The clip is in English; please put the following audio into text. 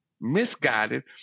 misguided